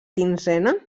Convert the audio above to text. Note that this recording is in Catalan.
quinzena